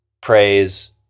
praise